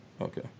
Okay